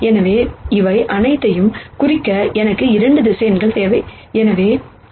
எனவே இவை அனைத்தையும் குறிக்க எனக்கு 2 வெக்டர்ஸ் தேவை